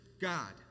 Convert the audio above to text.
God